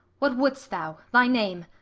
what wouldst thou? thy name?